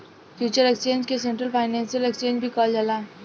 future exchange के central financial exchange भी कहल जाला